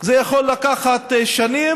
זה יכול לקחת שנים,